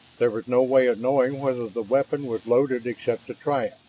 there was no way of knowing whether the weapon was loaded except to try it.